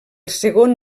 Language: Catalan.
segon